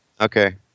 Okay